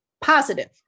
positive